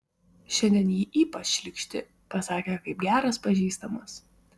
šiandien ji ypač šlykšti pasakė kaip geras pažįstamas